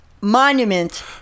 Monument